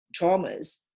traumas